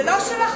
זה לא שלכם.